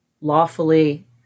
lawfully